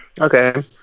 Okay